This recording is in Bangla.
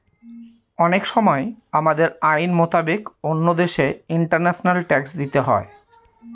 অনেক সময় আমাদের আইন মোতাবেক অন্য দেশে ইন্টারন্যাশনাল ট্যাক্স দিতে হয়